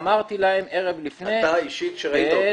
אמרתי להם ערב לפני --- אתה אישית כשראית אותם.